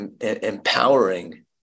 empowering